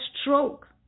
stroke